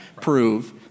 prove